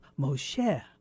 Moshe